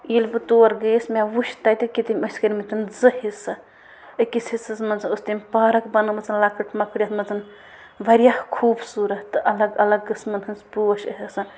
ییٚلہِ بہٕ تور گٔیَس مےٚ وٕچھ تَتہِ کہِ تٔمۍ ٲسۍ کٔرۍمٕتۍ زٕ حصہٕ أکِس حِصس منٛز ٲس تٔمۍ پارَک بنٲومٕژَن لۄکٕٹۍ مۄکٕٹۍ یَتھ منٛز واریاہ خوٗبصوٗرت تہٕ الگ الگ قٕسمَن ہٕنٛز پوش ٲسۍ آسان